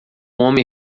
homem